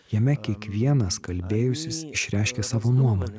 jame kiekvienas kalbėjusis išreiškia savo nuomonę